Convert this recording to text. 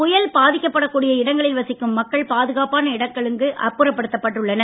புயல் பாதிக்கப்படக்கூடிய இடங்களில் வசிக்கும் மக்கள் பாதுகாப்பான இடங்களுக்கு அப்புறப்படுத்தப்பட்டுள்ளனர்